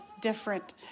different